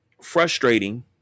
frustrating